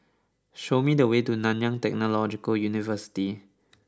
show me the way to Nanyang Technological University